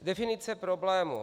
Definice problému.